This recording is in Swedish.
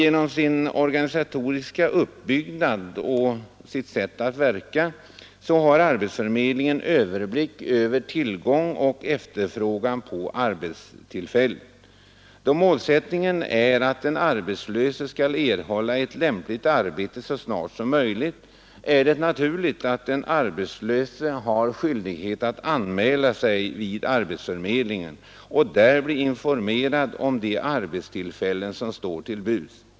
Genom sin organisatoriska uppbyggnad och sitt sätt att verka har arbetsförmedlingen överblick över tillgång och efterfrågan på arbetstillfällen. Då målsättningen är att den arbetslöse skall erhålla ett lämpligt arbete så snart som möjligt, är det naturligt att den arbetslöse har skyldighet att anmäla sig vid arbetsförmedlingen för att där bli informerad om de arbetstillfällen som står till buds.